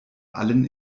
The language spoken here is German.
allen